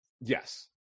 Yes